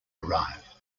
arrive